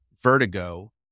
Vertigo